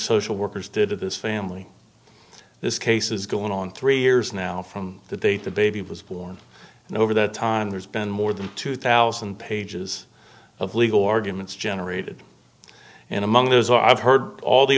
social workers did to this family this case is going on three years now from that they the baby was born and over that time there's been more than two thousand pages of legal arguments generated and among those i've heard all the